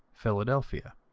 philadelphia.